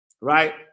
Right